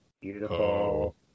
Beautiful